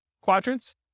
quadrants